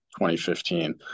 2015